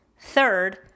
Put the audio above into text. Third